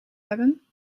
hebben